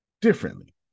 differently